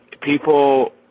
people